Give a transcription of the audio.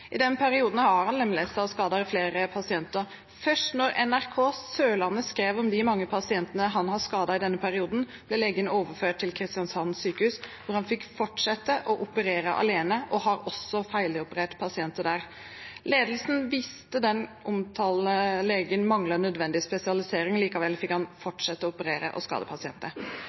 I den perioden har han lemlestet og skadet flere pasienter. Først da NRK Sørlandet skrev om de mange pasientene han har skadet i denne perioden, ble legen overført til Kristiansand sykehus, hvor han fikk fortsette å operere alene, og har også feiloperert pasienter der. Ledelsen visste at den omtalte legen manglet nødvendig spesialisering. Likevel fikk han fortsette å operere og skade pasienter.